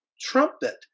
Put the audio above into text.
trumpet